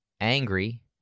angry